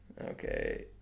Okay